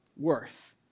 worth